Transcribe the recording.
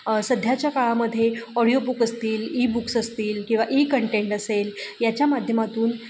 सध्याच्या काळामध्ये ऑडिओबुक असतील ईबुक्स असतील किंवा ई कंटेंट असेल याच्या माध्यमातून